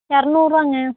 இரநூறுவாங்க